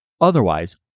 Otherwise